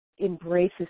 embraces